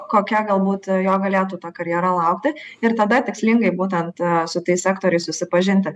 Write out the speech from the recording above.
kokia galbūt jo galėtų ta karjera laukti ir tada tikslingai būtent su tais sektoriais susipažinti